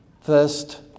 first